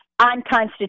unconstitutional